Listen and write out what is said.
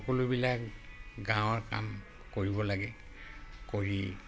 সকলোবিলাক গাঁৱৰ কাম কৰিব লাগে কৰি